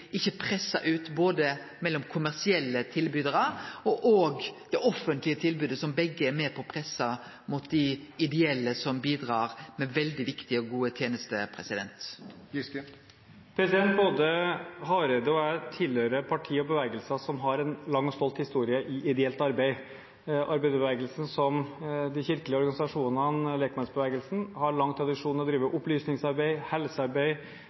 ikkje blir pressa ut mellom kommersielle og offentlege tilbydarar, som begge er med på å presse mot dei ideelle, som bidreg med veldig viktige og gode tenester. Både representanten Hareide og jeg tilhører partier og bevegelser som har en lang og stolt historie i ideelt arbeid. Arbeiderbevegelsen, som de kirkelige organisasjonene og lekmannsbevegelsen, har lang tradisjon for å drive opplysningsarbeid, helsearbeid,